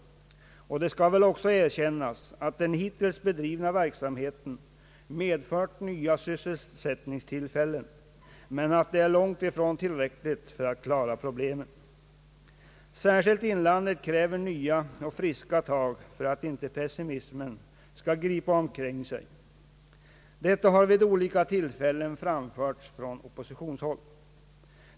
Det skall väl också erkännas att den hittills bedrivna verksamheten medfört nya sysselsättningstillfällen, men detta är långt ifrån tillräckligt för att lösa problemen. Särskilt inlandet kräver nya och friska tag för att inte pessimismen skall gripa omkring sig. Detta har vid olika tillfällen framförts från oppositionshåll.